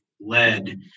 led